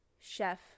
chef